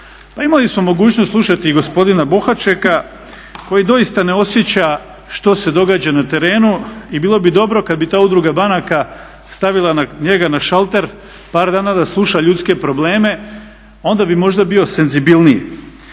imali smo mogućnost slušati i gospodina Bohačeka koji doista ne osjeća što se događa na terenu i bilo bi dobro kada bi ta Udruga banaka stavila njega na šalter par dana da sluša ljudske probleme, onda bi možda bio senzibilniji.